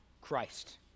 Christ